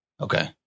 Okay